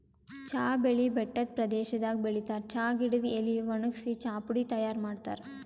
ಚಾ ಬೆಳಿ ಬೆಟ್ಟದ್ ಪ್ರದೇಶದಾಗ್ ಬೆಳಿತಾರ್ ಚಾ ಗಿಡದ್ ಎಲಿ ವಣಗ್ಸಿ ಚಾಪುಡಿ ತೈಯಾರ್ ಮಾಡ್ತಾರ್